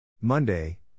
Monday